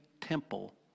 temple